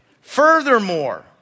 furthermore